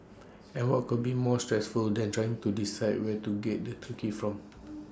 and what could be more stressful than trying to decide where to get the turkey from